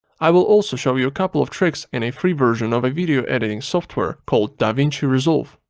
i will also show you a couple of tricks in a free version of a video editing software called davinci resolve.